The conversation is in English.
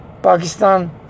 Pakistan